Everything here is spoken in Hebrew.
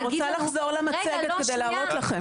רוצה לחזור למצגת כדי להראות לכם.